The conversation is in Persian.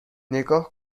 نگاه